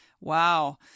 Wow